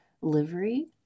livery